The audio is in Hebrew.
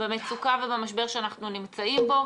במצוקה ובמשבר שאנחנו נמצאים בו,